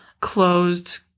closed